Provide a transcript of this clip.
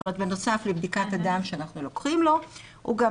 בנוסף לבדיקת הדם שאנחנו לוקחים לו הוא גם